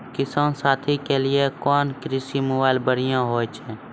किसान साथी के लिए कोन कृषि मोबाइल बढ़िया होय छै?